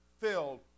filled